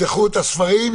יפתחו את הספרים,